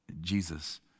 Jesus